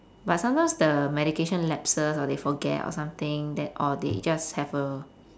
but sometimes the medication lapses or they forget or something then or they just have a